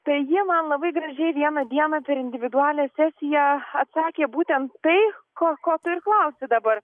tai ji man labai gražiai vieną dieną per individualią sesiją atsakė būtent tai ko ko tu ir klausi dabar